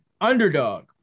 Underdog